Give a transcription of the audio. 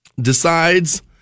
decides